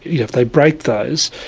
yeah if they break those,